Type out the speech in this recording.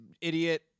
idiot